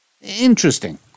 Interesting